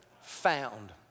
found